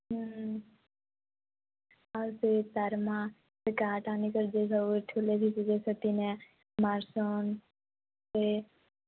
ହୁଁ ଆଉ ସେ ସାରମା ସେ ଗା ଟା ଆନିକରି ମାରସନ ସିଏ